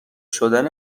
شدن